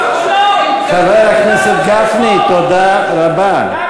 חבר הכנסת גפני, מה אתה חושב, שזה